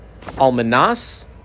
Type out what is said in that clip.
almanas